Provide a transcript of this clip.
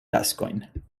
taskojn